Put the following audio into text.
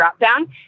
dropdown